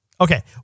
Okay